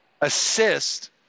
assist